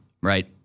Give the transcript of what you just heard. right